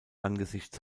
angesichts